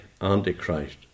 Antichrist